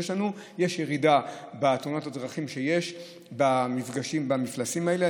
יש לנו יש ירידה בתאונות הדרכים במפגשים עם המפלסים האלה.